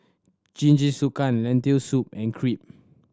Jingisukan Lentil Soup and Crepe